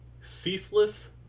Ceaseless